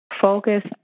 Focus